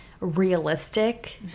realistic